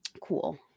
cool